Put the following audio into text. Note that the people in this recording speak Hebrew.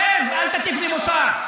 שב ואל תטיף לי מוסר.